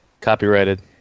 Copyrighted